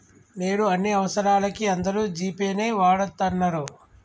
నేడు అన్ని అవసరాలకీ అందరూ జీ పే నే వాడతన్నరు